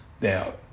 now